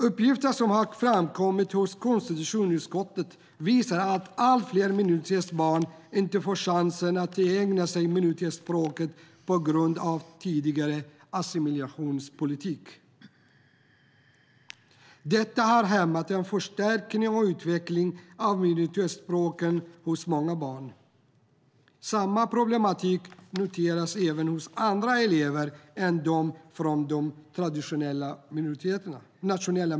Uppgifter som har framkommit hos konstitutionsutskottet visar att allt fler minoritetsbarn inte fått chansen att tillägna sig minoritetsspråket på grund av tidigare assimilationspolitik. Detta har hämmat en förstärkning och utveckling av minoritetsspråken hos många barn. Samma problematik noteras även hos andra elever än de från de nationella minoriteterna.